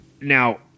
Now